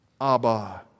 Abba